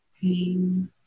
pain